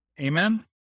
Amen